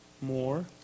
More